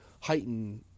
heighten